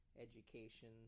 education